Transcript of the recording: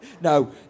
No